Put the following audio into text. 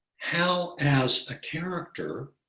how as a character,